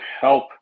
help